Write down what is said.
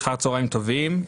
אחר הצהריים טובים.